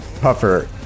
Puffer